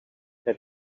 que